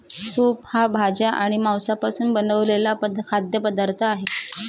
soup हा भाज्या आणि मांसापासून बनवलेला खाद्य पदार्थ आहे